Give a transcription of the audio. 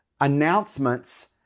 announcements